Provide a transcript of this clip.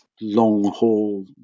long-haul